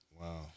Wow